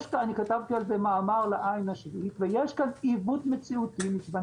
כתבתי על זה מאמר בעין השביעית שיש כאן עיוות מציאותי מכיוון